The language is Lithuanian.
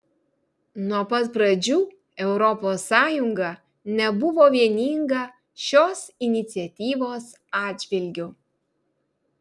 nuo pat pradžių europos sąjunga nebuvo vieninga šios iniciatyvos atžvilgiu